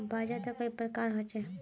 बाजार त कई प्रकार होचे?